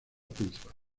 principal